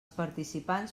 participants